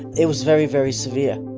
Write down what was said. it was very, very severe